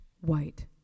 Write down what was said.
white